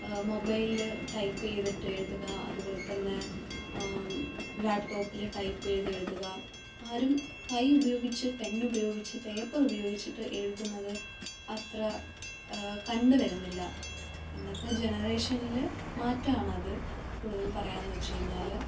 മൊബൈലിൽ ടൈപ്പ് ചെയ്തിട്ട് എഴുതുക അതുപോലെ തന്നെ ലാപ്പ്ടോപ്പിൽ ടൈപ്പ് ചെയ്ത് എഴുതുക ആരും കൈ ഉപയോഗിച്ച് പെൻ ഉപയോഗിച്ച് പേപ്പർ ഉപയോഗിച്ചിട്ട് എഴുതുന്നത് അത്ര കണ്ട് വരുന്നില്ല ഇന്നത്തെ ജനറേഷനിലെ മാറ്റമാണത് കൂടുതൽ പറയുക എന്ന് വെച്ച് കഴിഞ്ഞാൽ